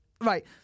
right